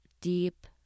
deep